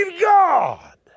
God